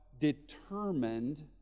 determined